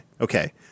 Okay